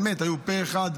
באמת היו פה אחד,